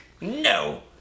No